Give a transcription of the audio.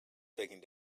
taking